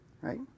right